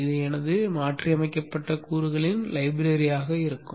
இது எனது மாற்றியமைக்கப்பட்ட கூறுகளின் லைப்ரரி ஆக இருக்கும்